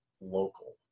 local